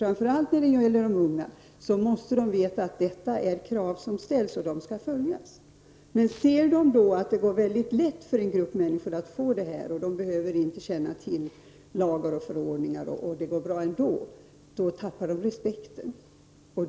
Framför allt de unga måste veta att de krav som ställs måste följas. Ser de då att det är mycket lätt för en grupp människor att få körkort och att de inte behöver ha kännedom om lagar och förordningar, tappar de unga respekten.